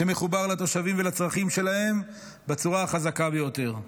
שמחובר לתושבים ולצרכים שלהם בצורה החזקה ביותר.